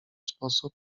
sposób